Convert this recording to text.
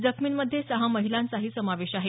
जखमींमध्ये सहा महिलांचाही समावेश आहे